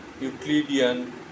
Euclidean